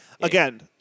again